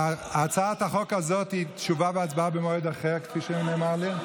החוק הזאת תשובה והצבעה במועד אחר, כפי שנאמר לי.